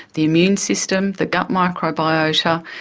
the immune system, the gut microbiota,